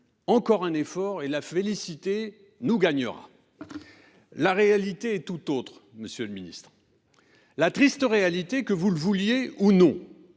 Encore un effort, et la félicité nous gagnera… La réalité est tout autre, monsieur le ministre. La triste réalité, que vous le vouliez ou non,